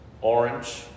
Orange